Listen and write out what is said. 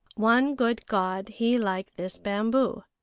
one good god he like this bamboo,